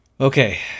okay